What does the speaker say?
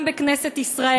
גם בכנסת ישראל.